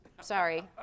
sorry